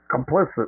complicit